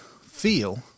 feel